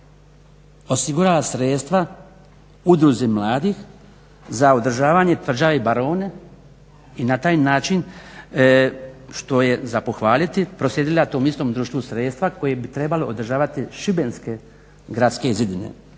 osigurala sredstva Udruzi mladih za održavanje Tvrđave Barone i na taj način što je za pohvaliti proslijedila tom istom društvu sredstva koja bi trebalo održavati Šibenske gradske zidine